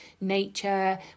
nature